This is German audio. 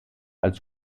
als